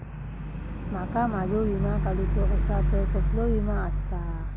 माका माझो विमा काडुचो असा तर कसलो विमा आस्ता?